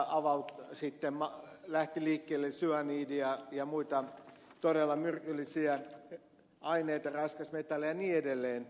sieltä sitten lähti liikkeelle syanidia ja muita todella myrkyllisiä aineita raskasmetalleja ja niin edelleen